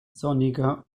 sonniger